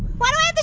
why do i but